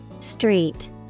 Street